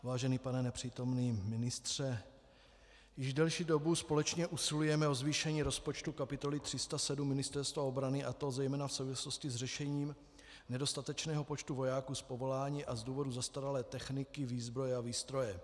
Vážený pane nepřítomný ministře, již delší dobu společně usilujeme o zvýšení rozpočtu kapitoly 307 Ministerstva obrany, a to zejména v souvislosti s řešením nedostatečného počtu vojáků z povolání a z důvodu zastaralé techniky, výzbroje a výstroje.